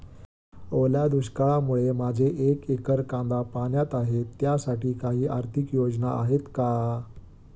ओल्या दुष्काळामुळे माझे एक एकर कांदा पाण्यात आहे त्यासाठी काही आर्थिक योजना आहेत का?